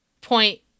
point